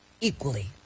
equally